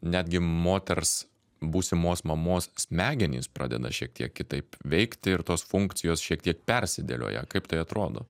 netgi moters būsimos mamos smegenys pradeda šiek tiek kitaip veikti ir tos funkcijos šiek tiek persidėlioja kaip tai atrodo